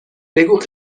بگو